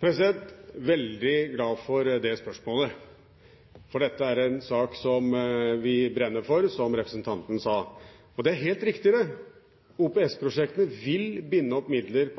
Jeg er veldig glad for det spørsmålet, for dette er en sak som vi brenner for, som representanten sa. Det er helt riktig at OPS-prosjektene vil binde opp midler